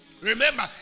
Remember